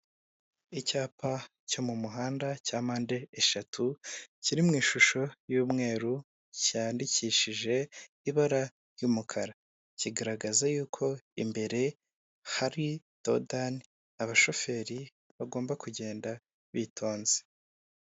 Icyapa cyo mu muhanda cya mpande eshatu, kiri mu ishusho y'umweru cyandikishije ibara ry'umukara, kigaragaza yuko imbere hari dodani, abashoferi bagomba kugenda bitonze.